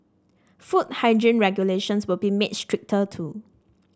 food hygiene regulations will be made stricter too